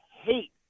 hate